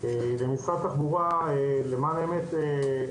במשרד התחבורה למען האמת,